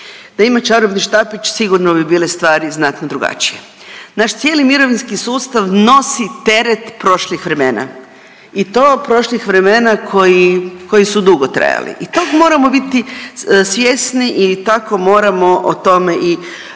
Da ima čarobni štapić sigurno bi bile stvari znatno drugačije. Naš cijeli mirovinski sustav nosi teret prošlih vremena i to prošlih vremena koji, koji su dugo trajali i tog moramo biti svjesni i tako moramo o tome i razmišljati.